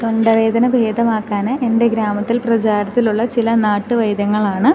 തൊണ്ടവേദന ഭേദമാക്കാൻ എൻ്റെ ഗ്രാമത്തിൽ പ്രചാരത്തിലുള്ള ചില നാട്ടു വൈദ്യങ്ങളാണ്